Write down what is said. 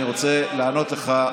אני רוצה לענות לך,